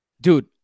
Dude